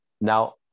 Now